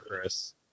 Chris